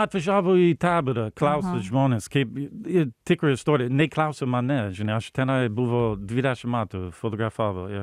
atvažiavo į taborą klausia žmones kaip į tikrą istori nei klausiama ne žinai aš tenai buvau dvidešim metų fotografavau i